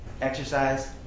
exercise